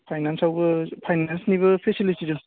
फायनान्सावबो फायनान्सनिबो फेसिलिटि